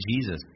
Jesus